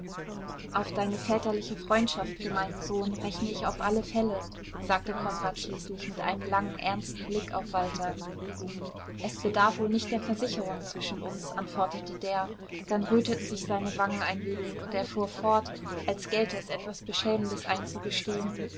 auf deine väterliche freundschaft für meinen sohn rechne ich auf alle fälle sagte konrad schließlich mit einem langen ernsten blick auf walter es bedarf wohl nicht der versicherung zwischen uns antwortete der dann röteten sich seine wangen ein wenig und er fuhr fort als gelte es etwas beschämendes einzugestehen